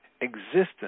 existence